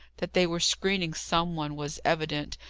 that they were screening some one, was evident,